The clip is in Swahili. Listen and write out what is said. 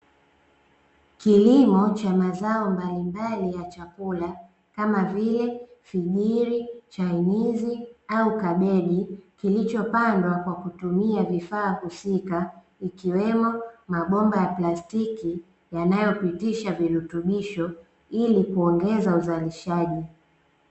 Kilimo cha mazao mbalimbali ya chakula kama vile: figiri, chainizi au kabeji. Kilichopandwa kwa kutumia vifaa husika, ikiwemo mabomba ya plastiki yanayopitisha virutubisho ili kuongeza uzalishaji.